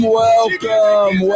welcome